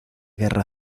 guerra